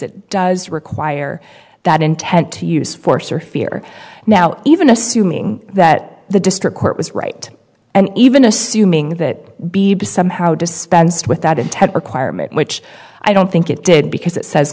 it does require that intent to use force or fear now even assuming that the district court was right and even assuming that b b somehow dispensed with that intent requirement which i don't think it did because it says